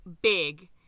big